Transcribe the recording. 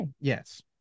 Yes